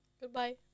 goodbye